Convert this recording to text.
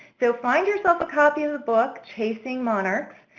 so find yourself a copy of book chasing monarchs,